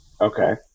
Okay